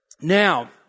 Now